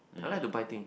I like to buy thing